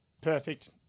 Perfect